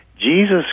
Jesus